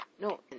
No